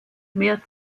mehr